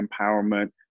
empowerment